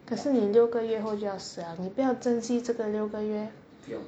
可是你六个月后就要死了你不要珍惜这个六个月